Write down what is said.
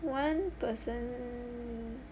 one person